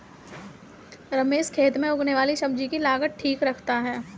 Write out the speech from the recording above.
रमेश खेत में उगने वाली सब्जी की लागत ठीक रखता है